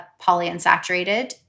polyunsaturated